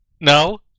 No